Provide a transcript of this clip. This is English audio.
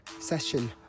session